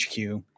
HQ